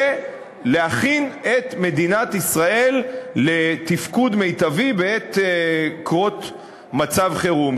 להכין את מדינת ישראל לתפקוד מיטבי בעת קרות מצב חירום.